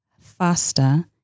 faster